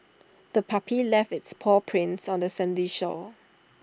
the puppy left its paw prints on the sandy shore